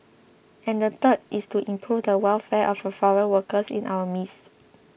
and the third is to improve the welfare of the foreign workers in our midst